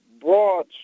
broad